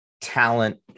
talent